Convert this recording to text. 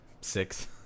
six